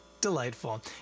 delightful